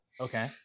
okay